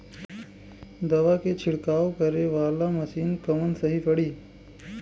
दवा के छिड़काव करे वाला मशीन कवन सही पड़ी?